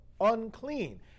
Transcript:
unclean